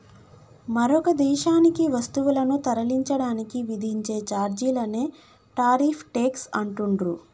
మరొక దేశానికి వస్తువులను తరలించడానికి విధించే ఛార్జీలనే టారిఫ్ ట్యేక్స్ అంటుండ్రు